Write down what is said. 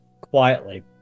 quietly